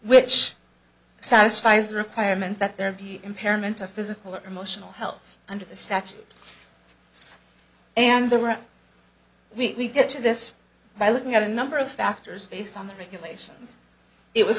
which satisfies the requirement that there be impairment of physical or emotional health under the statute and the right we get to this by looking at a number of factors based on the regulations it was